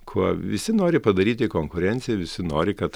kuo visi nori padaryti konkurenciją visi nori kad